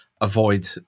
avoid